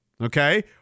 Okay